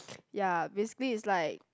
ya basically it's like